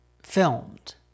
Filmed